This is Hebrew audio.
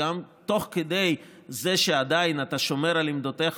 גם תוך כדי שאתה עדיין שומר על עמדותיך